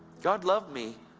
god loved me